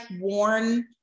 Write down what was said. worn